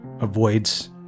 avoids